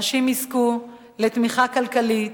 הנשים יזכו לתמיכה כלכלית,